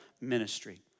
ministry